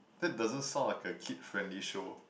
that doesn't sound like a kid friendly show